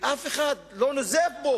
ואף אחד לא נוזף בו.